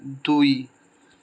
দুই